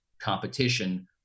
competition